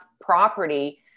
property